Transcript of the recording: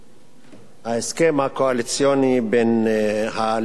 ההסכם הקואליציוני בין הליכוד לישראל